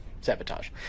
sabotage